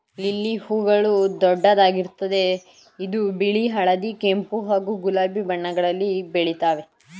lily ಹೂಗಳು ದೊಡ್ಡದಾಗಿರ್ತದೆ ಇದು ಬಿಳಿ ಹಳದಿ ಕೆಂಪು ಹಾಗೂ ಗುಲಾಬಿ ಬಣ್ಣಗಳಲ್ಲಿ ಬೆಳಿತಾವೆ